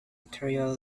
ethereal